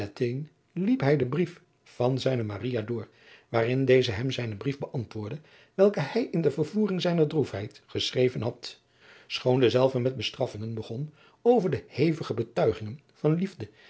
liep hij den brief van zijne maria door waarin deze hem zijnen brief beantwoordde welken hij in de vervoering zijner droefheid geschreven had schoon dezelve met bestraffingen begon over de hevige betuigingen van liefde